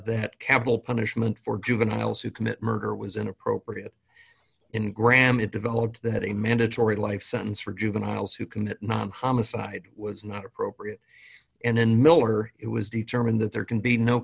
that capital punishment for juveniles who commit murder was inappropriate in graham it developed that a mandatory life sentence for juveniles who commit not homicide was not appropriate and in miller it was determined that there can be no